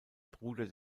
bruder